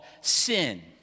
sin